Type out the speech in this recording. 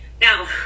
Now